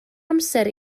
amser